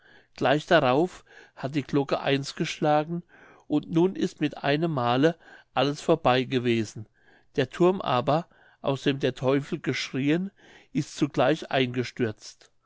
gleich darauf hat die glocke eins geschlagen und nun ist mit einem male alles vorbei gewesen der thurm aber aus dem der teufel geschrieen ist zugleich eingestürzt